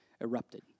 erupted